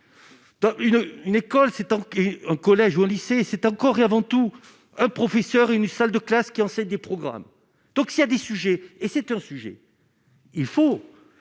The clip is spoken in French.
une école s'étend en collège ou au lycée, c'est encore et avant tout, un professeur, une salle de classe qui fait des programmes, donc s'il y a des sujets, et c'est un sujet, il faut